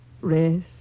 rest